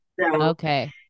okay